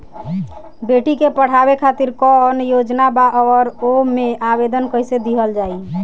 बेटी के पढ़ावें खातिर कौन योजना बा और ओ मे आवेदन कैसे दिहल जायी?